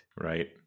Right